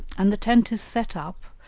and the tent is set up,